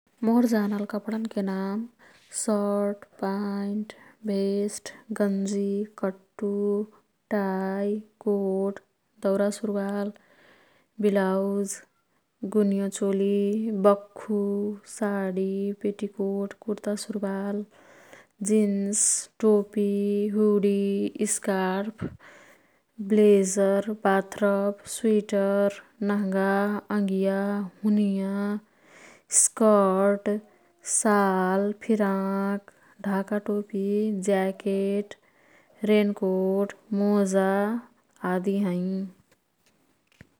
मोर् जानल कपडन्के नाम सर्ट, पाईन्ट, भेस्ट, गन्जी, कट्टु, टाई, कोट, दौरा सुरवाल, बिलौज, गुन्योचोली, बख्खु, साडी, पेटिकोट, कुर्ता सुरवाल, जिन्स, टोपी, hoodie, scarf, blazer, bathrobe, sweater, नहंगा, अंगीया, हुनियाँ, स्कर्ट, साल, फिरांक, ढाकाटोपी, ज्याकेट, रेनकोट, मोजा आदि हैं।